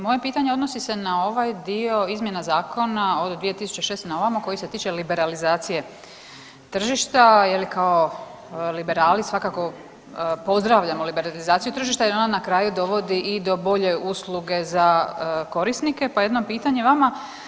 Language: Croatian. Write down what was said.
Moje pitanje odnosi se na ovaj dio izmjena zakona od 2006. na ovamo koji se tiče liberalizacije tržišta, je li kao liberali svakako pozdravljamo liberalizaciju tržišta jer ona na kraju dovodi i do bolje usluge za korisnike, pa jedno pitanje vama.